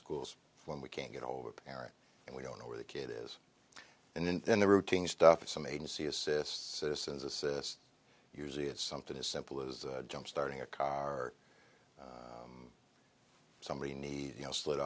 schools when we can't get over parents and we don't know where the kid is and then then the routine stuff is some agency assist citizens assist usually it's something as simple as a jump starting a car somebody needs you know slid